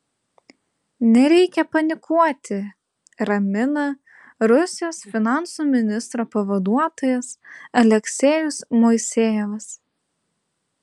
nereikia panikuoti ramina rusijos finansų ministro pavaduotojas aleksejus moisejevas